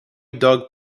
dog